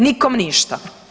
Nikom ništa.